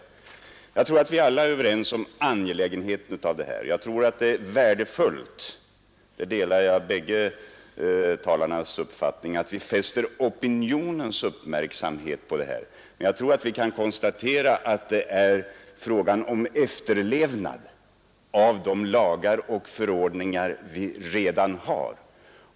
Alla är vi väl överens om angelägenheten av detta, och jag tror det är värdefullt — därvidlag delar jag bägge talarnas uppfattning — att vi fäster opinionens uppmärksamhet på detta, men vi kan konstatera att frågan gäller efterlevnaden av de lagar och förordningar som redan finns.